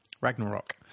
Ragnarok